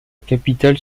capitale